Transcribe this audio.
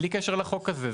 בלי קשר לחוק הזה.